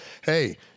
hey